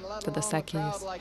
tada sakė jis